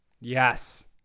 Yes